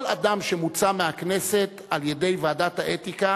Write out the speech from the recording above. כל אדם שמוצא מהכנסת על-ידי ועדת האתיקה